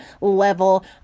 level